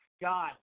God